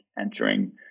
entering